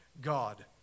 God